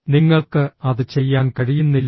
നിങ്ങൾക്ക് അത് ചെയ്യാൻ കഴിയുന്നില്ലേ